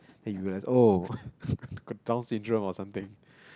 then you have oh got down syndrome or something